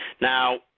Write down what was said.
Now